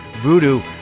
Voodoo